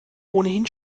ohnehin